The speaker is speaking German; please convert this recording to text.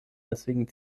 deswegen